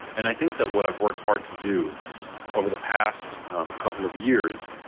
and i think that what i've worked hard to do over the past couple of years,